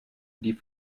die